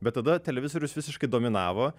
bet tada televizorius visiškai dominavo